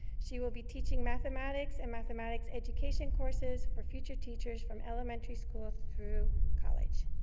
she will be teaching mathematics and mathematics education courses for future teachers from elementary school through college.